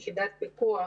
יחידת פיקוח